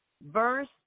verse